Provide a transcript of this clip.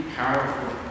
powerful